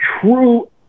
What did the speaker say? true